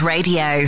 Radio